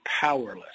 powerless